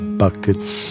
buckets